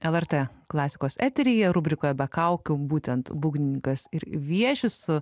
lrt klasikos eteryje rubrikoje be kaukių būtent būgnininkas ir vieši su